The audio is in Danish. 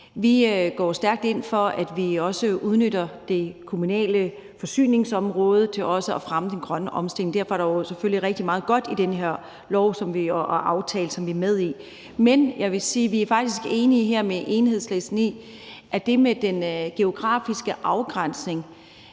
Vi går stærkt ind for, at vi også udnytter det kommunale forsyningsområde til at fremme den grønne omstilling, og derfor er der selvfølgelig rigtig meget godt i den her lov og den aftale, som vi er med i. Men jeg vil sige, at vi faktisk her er enige med Enhedslisten i, at det med den geografiske afgrænsning